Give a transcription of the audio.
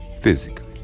physically